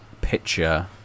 picture